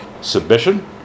Submission